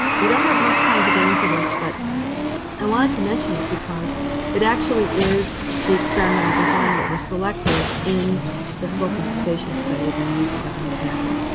we don't have much time to get into this, but i wanted to mention it because it actually is the experimental design that was selected in the smoking cessation study that i'm using as an example.